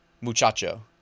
muchacho